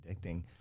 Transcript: addicting